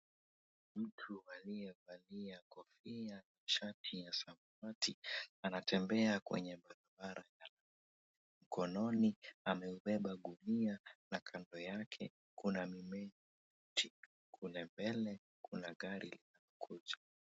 Mtu aliyevalia kofia, shati ya samawati anatembea kwenye barabara ya lami. Mkononi ameubeba gunia na kando yake kuna mti. Kule mbele kuna gari linakuja.